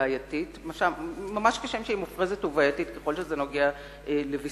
ובעייתית ממש כשם שהיא מופרזת ובעייתית ככל שזה נוגע בוויסקונסין,